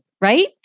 Right